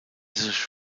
sich